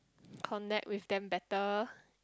connect with them better